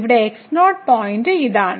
ഇവിടെ x0 point ഇതാണ്